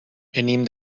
venim